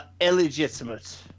illegitimate